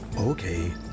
Okay